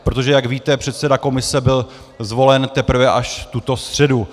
Protože jak víte, předseda komise byl zvolen teprve až tuto středu.